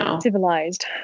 Civilized